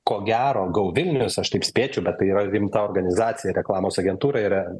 ko gero go vilnius aš taip spėčiau bet tai yra rimta organizacija reklamos agentūra yra